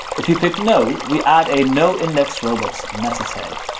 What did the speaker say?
if you pick no, we add a no-index robots meta tag,